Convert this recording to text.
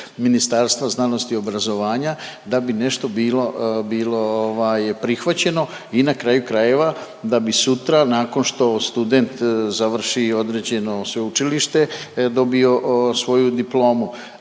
Ministarstva znanosti i obrazovanja da bi nešto bilo, bilo ovaj prihvaćeno i na kraju krajeva da bi sutra nakon što student završi određeno sveučilište dobio svoju diplomu.